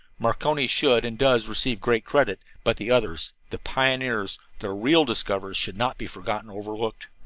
marconi should, and does, receive great credit but the others, the pioneers, the real discoverers, should not be forgotten or overlooked.